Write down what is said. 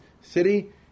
city